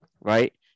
right